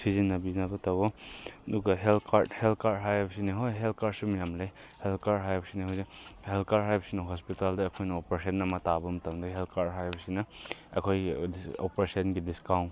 ꯁꯤꯖꯤꯟꯅꯕꯤꯅꯕ ꯇꯧꯑꯣ ꯑꯗꯨꯒ health card health card ꯍꯥꯏꯕꯁꯤꯅ ꯍꯣꯏ ꯍꯦꯜꯠ ꯀꯥꯔꯗꯁꯨ ꯃꯌꯥꯝ ꯂꯩ ꯍꯦꯜꯠ ꯀꯥꯔꯗ ꯍꯥꯏꯁꯤꯅ ꯍꯧꯖꯤꯛ ꯍꯦꯜꯠ ꯀꯥꯔꯗ ꯍꯥꯏꯕꯁꯤꯅ ꯍꯣꯁꯄꯤꯇꯥꯜꯗ ꯑꯩꯈꯣꯏꯅ ꯑꯣꯄꯔꯦꯁꯟ ꯑꯃ ꯇꯥꯕ ꯃꯇꯝꯗ ꯍꯦꯜꯠ ꯀꯥꯔꯗ ꯍꯥꯏꯕꯁꯤꯅ ꯑꯩꯈꯣꯏꯒꯤ ꯑꯣꯄꯔꯦꯁꯟꯒꯤ ꯗꯤꯁꯀꯥꯎꯟ